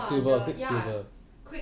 like wha~ the ya